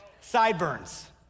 Sideburns